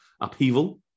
upheaval